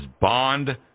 bond